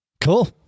Cool